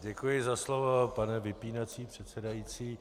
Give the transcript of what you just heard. Děkuji za slovo, pane vypínací předsedající.